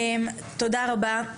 תודה רבה,